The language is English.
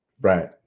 Right